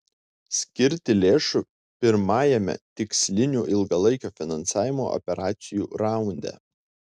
skirti lėšų pirmajame tikslinių ilgalaikio finansavimo operacijų raunde